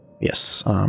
Yes